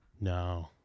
No